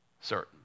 certain